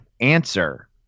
answer